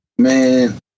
Man